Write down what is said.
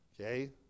okay